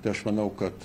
tai aš manau kad